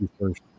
first